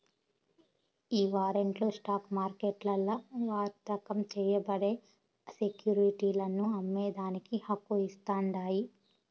ఈ వారంట్లు స్టాక్ మార్కెట్లల్ల వర్తకం చేయబడే సెక్యురిటీలను అమ్మేదానికి హక్కు ఇస్తాండాయి